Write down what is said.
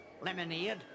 Lemonade